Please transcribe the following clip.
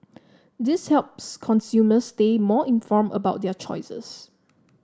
this helps consumers stay more informed about their choices